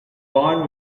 barn